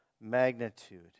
magnitude